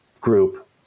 group